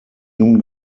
nun